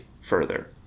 further